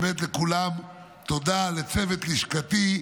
באמת לכולם תודה, לצוות לשכתי.